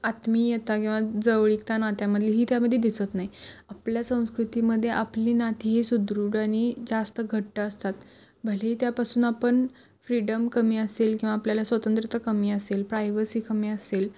आत्मीयता किंवा जवळीकता नात्यामध्ये ही त्यामध्ये दिसत नाही आपल्या संस्कृतीमध्ये आपली नाती ह सुदृढ आणि जास्त घट्ट असतात भलेही त्यापासून आपण फ्रीडम कमी असेल किंवा आपल्याला स्वतंत्रता कमी असेल प्रायव्हसी कमी असेल